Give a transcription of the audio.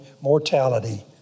mortality